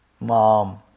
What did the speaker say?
mom